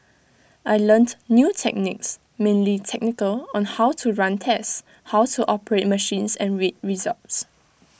I learnt new techniques mainly technical on how to run tests how to operate machines and read results